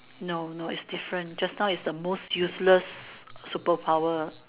no no is different just now is the most useless superpower